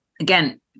again